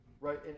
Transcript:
right